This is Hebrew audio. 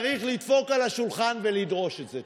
צריך לדפוק על השולחן ולדרוש את זה.